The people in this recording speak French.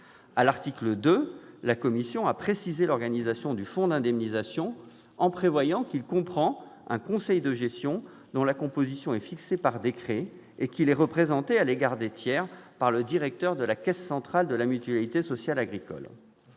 À l'article 2, la commission a précisé l'organisation du fonds d'indemnisation en prévoyant qu'il comprend un conseil de gestion dont la composition est fixée par décret et qu'il est représenté à l'égard des tiers par le directeur de la caisse centrale de la mutualité sociale agricole.